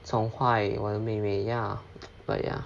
宠坏我的妹妹 ya but ya